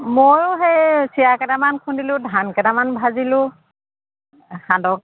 ময়ো সেই চিৰা কেইটামান খুন্দিলোঁ ধান কেইটামান ভাজিলোঁ সান্দহ